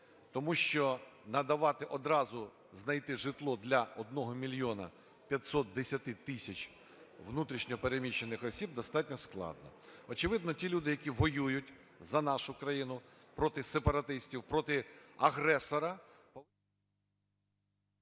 Тому що надавати одразу, знайти житло для 1 мільйона 510 тисяч внутрішньо переміщених осіб достатньо складно. Очевидно, ті люди, які воюють за нашу країну проти сепаратистів, проти агресора…